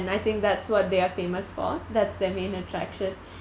and I think that's what they are famous for that's their main attraction